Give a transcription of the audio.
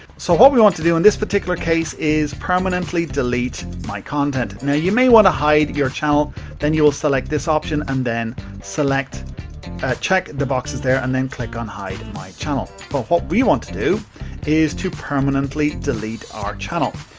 so, what we want to do in this particular case is permanently delete my content. now, you may want to hide your channel then you will select this option and then select check the boxes there and then click on hide my channel. but what we want to do is permanently delete our channel.